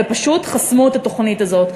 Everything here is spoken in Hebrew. ופשוט חסמו את התוכנית הזאת.